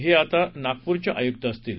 हे आता नागपूरचे आयुक्त असतील